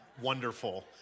wonderful